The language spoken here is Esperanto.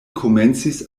komencis